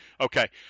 Okay